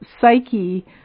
Psyche